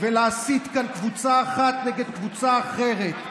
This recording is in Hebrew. ולהסית כאן קבוצה אחת נגד קבוצה אחרת,